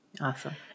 Awesome